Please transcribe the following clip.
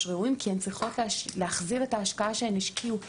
ראויים כי הן צריכות להחזיר את ההשקעה שהן השקיעו,